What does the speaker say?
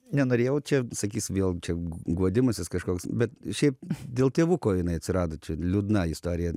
nenorėjau čia sakys vėl čia guodimasis kažkoks bet šiaip dėl tėvuko jinai atsirado čia liūdna istorija